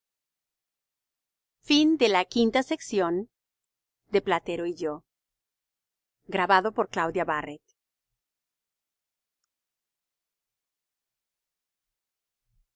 corridos de calosfríos platero y yo